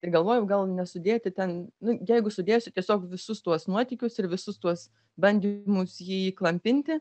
ir galvoju gal nesudėti ten nu jeigu sudėsiu tiesiog visus tuos nuotykius ir visus tuos bandymus jį įklampinti